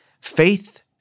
Faith